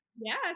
Yes